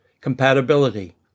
Compatibility